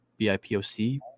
BIPOC